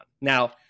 now